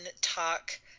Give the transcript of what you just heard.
talk